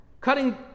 cutting